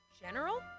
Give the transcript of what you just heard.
General